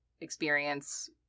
experience